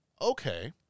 okay